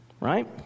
Right